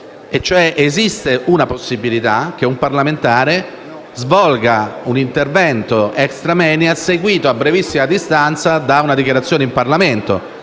esiste la possibilità che un parlamentare svolga un intervento *extra moenia* seguito a brevissima distanza da una dichiarazione in Parlamento.